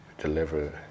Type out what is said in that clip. deliver